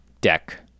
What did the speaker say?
deck